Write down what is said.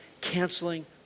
canceling